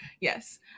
yes